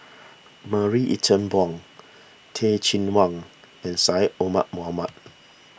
Marie Ethel Bong Teh Cheang Wan and Syed Omar Mohamed